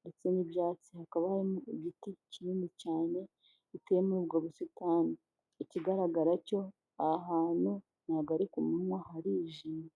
ndetse n'ibyatsi. Hakabaho igiti kinini cyane giteye muri ubwo busitani. Ikigaragara cyo aha hantu ntabwo ari ku manywa harijimye.